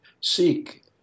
seek